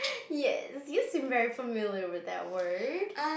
yes you seem very familiar with that word